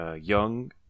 young